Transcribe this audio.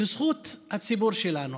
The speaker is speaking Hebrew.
לזכות הציבור שלנו.